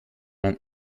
man